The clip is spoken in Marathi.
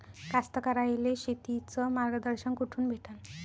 कास्तकाराइले शेतीचं मार्गदर्शन कुठून भेटन?